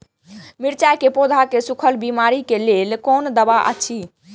मिरचाई के पौधा के सुखक बिमारी के लेल कोन दवा अछि?